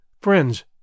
friends